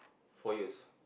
four years